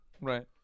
Right